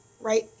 right